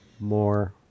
more